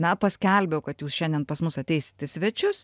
na paskelbiau kad jūs šiandien pas mus ateisit į svečius